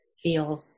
feel